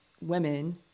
women